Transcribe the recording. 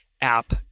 app